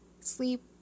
sleep